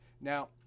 Now